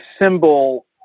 symbol